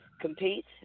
compete